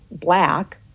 black